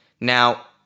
Now